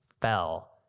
fell